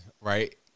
Right